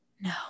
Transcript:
No